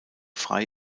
frei